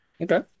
Okay